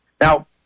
Now